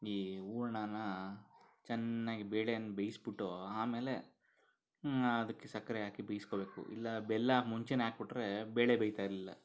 ಈ ಹೂರಣನ ಚೆನ್ನಾಗಿ ಬೇಳೆಯನ್ನು ಬೇಯಿಸಿಬಿಟ್ಟೊ ಆಮೇಲೆ ಅದಕ್ಕೆ ಸಕ್ಕರೆ ಹಾಕಿ ಬೀಸ್ಕೋಬೇಕು ಇಲ್ಲ ಬೆಲ್ಲ ಮುಂಚೆನೇ ಹಾಕಿಬಿಟ್ರೆ ಬೇಳೆ ಬೇಯ್ತಾಯಿರಲಿಲ್ಲ